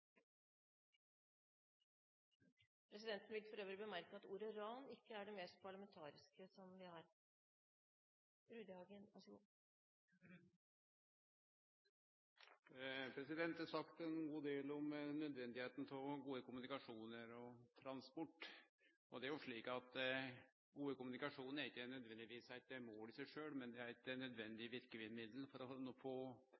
Presidenten vil bemerke at ordet «ran» ikke er det mest parlamentariske vi har. Det er sagt ein god del om nødvendigheita av gode kommunikasjonar og transport. Og det er jo slik at god kommunikasjon ikkje nødvendigvis er eit mål i seg sjølv, men eit nødvendig verkemiddel for å nå nær sagt alle andre politiske mål vi har her i samfunnet. Derfor er